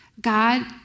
God